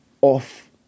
off